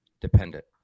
dependent